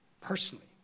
personally